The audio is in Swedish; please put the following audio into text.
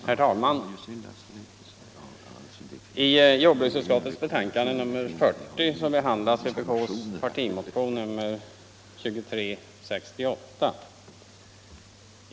Herr talman! I jordbruksutskottets betänkande nr 40 behandlas vpk:s partimotion 2368.